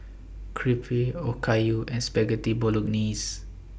Crepe Okayu and Spaghetti Bolognese